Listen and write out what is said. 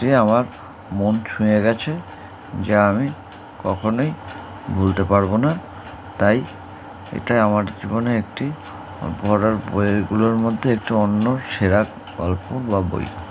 যে আমার মন ছুঁয়ে গেছে যে আমি কখনোই ভুলতে পারবো না তাই এটাই আমার জীবনে একটি ভরার বইগুলোর মধ্যে একটি অন্য সেরা গল্প বা বই